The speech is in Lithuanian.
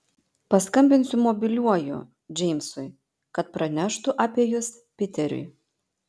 paskambinsiu mobiliuoju džeimsui kad praneštų apie jus piteriui